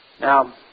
Now